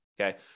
okay